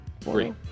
Three